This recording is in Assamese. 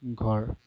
ঘৰ